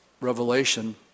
Revelation